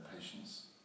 patience